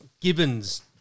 Gibbons